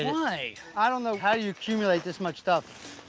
why? i don't know how you accumulate this much stuff.